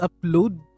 upload